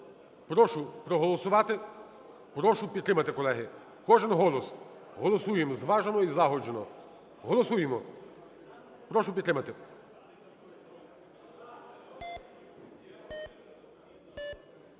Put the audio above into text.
Прошу проголосувати, прошу підтримати, колеги. Кожен голос. Голосуємо зважено і злагоджено. Голосуємо. Прошу підтримати.